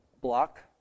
block